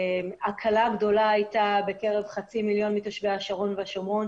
הקלה גדולה הייתה בקרב חצי מיליון השרון והשומרון